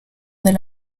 del